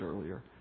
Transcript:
earlier